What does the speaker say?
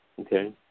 Okay